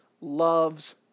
loves